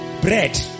bread